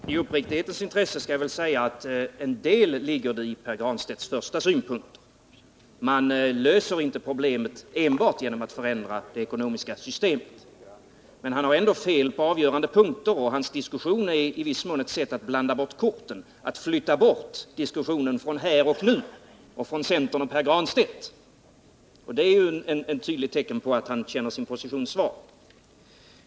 Herr talman! I uppriktighetens intresse skall jag väl säga att en del ligger det i Pär Granstedts första synpunkt — man löser inte problemet enbart genom att förändra det ekonomiska systemet. Men han har ändå fel på avgörande punkter, och hans resonemang är i viss mån ett sätt att blanda bort korten, att flytta bort diskussionen från här och nu, från centern och Pär Granstedt, och det är ett tydligt tecken på att han känner sin position vara svag.